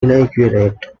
inaccurate